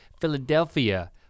Philadelphia